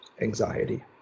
anxiety